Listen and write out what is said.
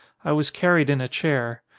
i was carried in a chair.